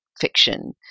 fiction